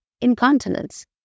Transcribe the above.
Incontinence